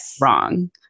wrong